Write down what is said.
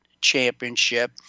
Championship